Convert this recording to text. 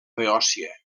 beòcia